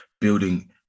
building